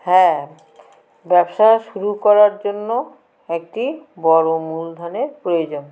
হ্যাঁ ব্যবসা শুরু করার জন্য একটি বড়ো মূলধনের প্রয়োজন